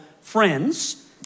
friends